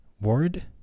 word